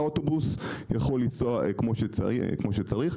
והאוטובוס יכול לנסוע כמו שצריך.